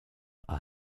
are